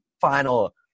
final